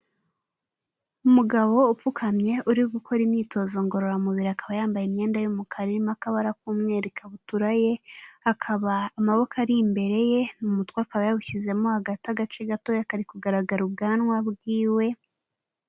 Umugabo upfukamye uri gukora imyitozo ngororamubiri, akaba yambaye imyenda y'umukara irimo akabara k'umweru ikabutura ye, akaba amaboko ari imbere ye, umutwe akaba yawushyizemo hagati agace gatoya kari kugaragara ubwanwa bwiwe.